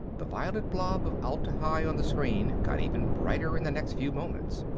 the violet blob of atla-hi on the screen got even brighter in the next few moments.